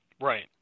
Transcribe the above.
Right